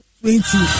twenty